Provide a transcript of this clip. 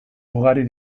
ugari